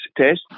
test